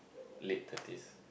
late thirties